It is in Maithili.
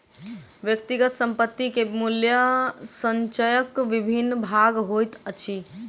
व्यक्तिगत संपत्ति के मूल्य संचयक विभिन्न भाग होइत अछि